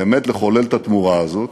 באמת לחולל את התמורה הזאת,